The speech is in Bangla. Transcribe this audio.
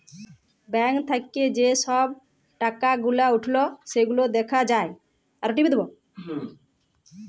ব্যাঙ্ক থাক্যে যে সব টাকা গুলা উঠল সেগুলা দ্যাখা যায়